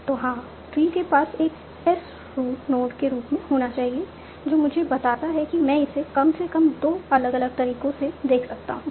तो हाँ ट्री के पास एक एस रूट नोड के रूप में होना चाहिए जो मुझे बताता है कि मैं इसे कम से कम 2 अलग अलग तरीकों से देख सकता हूं